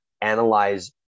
analyze